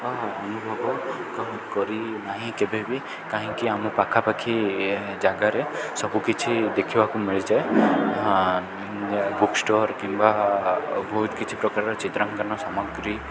ଅନୁଭବ କରି ନାହିଁ କେବେ ବିି କାହିଁକି ଆମ ପାଖାପାଖି ଜାଗାରେ ସବୁକିଛି ଦେଖିବାକୁ ମିଳିଯାଏ ବୁକ୍ ଷ୍ଟୋର୍ କିମ୍ବା ବହୁତ କିଛି ପ୍ରକାର ଚିତ୍ରାଙ୍କନ ସାମଗ୍ରୀ